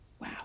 Wow